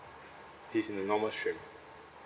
he's in the normal stream